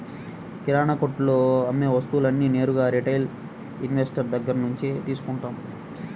కిరణాకొట్టులో అమ్మే వస్తువులన్నీ నేరుగా రిటైల్ ఇన్వెస్టర్ దగ్గర్నుంచే తీసుకుంటాం